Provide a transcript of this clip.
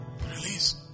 Release